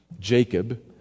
Jacob